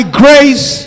grace